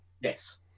Yes